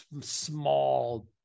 small